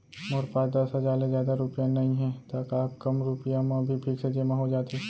मोर पास दस हजार ले जादा रुपिया नइहे त का कम रुपिया म भी फिक्स जेमा हो जाथे?